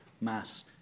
mass